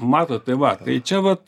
matot tai va tai čia vat